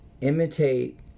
imitate